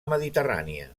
mediterrània